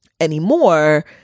anymore